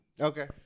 Okay